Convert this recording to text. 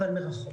אבל מרחוק.